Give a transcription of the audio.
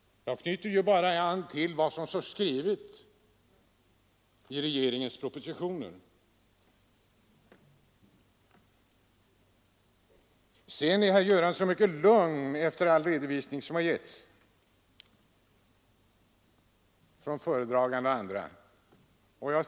Jag knyter ju bara an till vad som står skrivet i regeringens propositioner. Herr Göransson är fortfarande mycket lugn efter all redovisning som har lämnats från föredraganden och från experter.